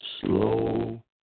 slow